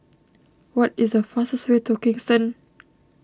what is the fastest way to Kingston